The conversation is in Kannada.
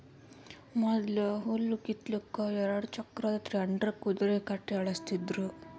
ಮೊದ್ಲ ಹುಲ್ಲ್ ಕಿತ್ತಲಕ್ಕ್ ಎರಡ ಚಕ್ರದ್ ಟೆಡ್ಡರ್ ಕುದರಿ ಕಟ್ಟಿ ಎಳಸ್ತಿದ್ರು